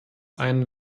ein